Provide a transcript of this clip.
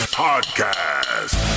podcast